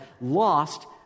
lost